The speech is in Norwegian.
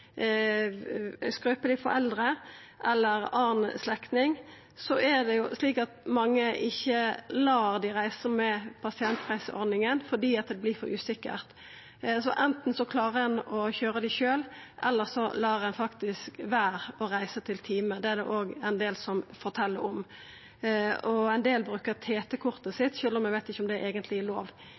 eller annan slektning, er det jo mange som ikkje lèt dei reisa med pasientreiseordninga fordi det vert for usikkert. Anten klarer ein å køyra dei sjølv, elles så lèt ein faktisk vera å reisa til timer. Det er det òg ein del som fortel om. Ein del bruker TT-kortet sitt, sjølv om eg ikkje veit om det eigentleg er lov